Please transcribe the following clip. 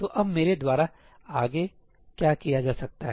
तो अब मेरे द्वारा आगे क्या किया जा सकता है